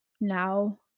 now